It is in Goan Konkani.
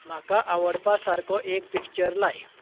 म्हाका आवडपासारको एक पिक्चर लाय